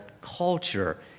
culture